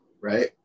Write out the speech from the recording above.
right